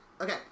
Okay